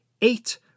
eight